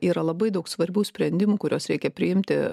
yra labai daug svarbių sprendimų kuriuos reikia priimti